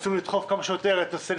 ניסינו לדחוף כמה שיותר את הנושא של